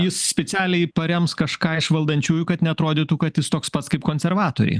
jis spicialiai parems kažką iš valdančiųjų kad neatrodytų kad jis toks pats kaip konservatoriai